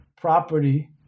property